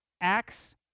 acts